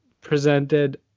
presented